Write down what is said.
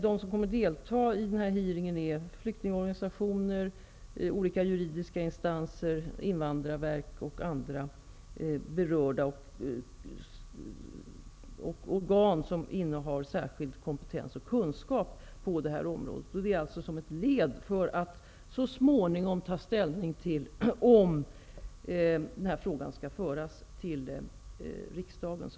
De som kommer att delta i hearingen är flyktingorganisationer, olika juridiska instanser, Invandrarverket och andra berörda organ som innehar särskild kompetens och kunskap på det här området. Det är alltså ett led för att så småningom ta ställning till om den här frågan skall föras till riksdagen.